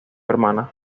hermanas